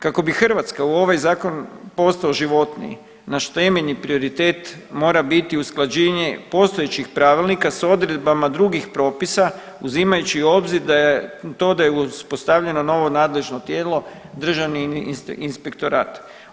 Kako bi Hrvatska u ovaj zakon postao životniji naš temeljni prioritet mora biti usklađenje postojećih pravilnika sa odredbama drugih propisa uzimaju u obzir to da je uspostavljeno novo nadležno tijelo Državni inspektorat.